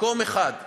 מקום אחד,